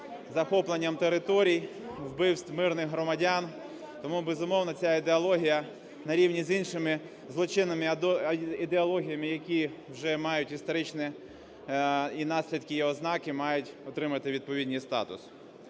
захопленням територій, вбивств мирних громадян. Тому, безумовно, ця ідеологія на рівні з іншими злочинними ідеологіями, які вже мають історичні і наслідки, і ознаки, мають отримати відповідний статус.